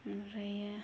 ओमफ्रायो